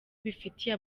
bifitiye